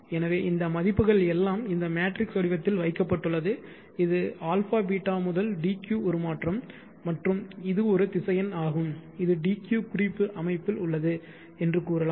எனவே இந்த மதிப்புகள் எல்லாம் இந்த மேட்ரிக்ஸ் வடிவத்தில் வைக்கப்பட்டுள்ளது இது αβ முதல் dq உருமாற்றம் மற்றும் இது ஒரு திசையன் ஆகும் இது dq குறிப்பு அமைப்பில் உள்ளது என்று கூறலாம்